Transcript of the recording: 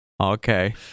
Okay